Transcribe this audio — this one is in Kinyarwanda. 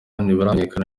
ntibiramenyekana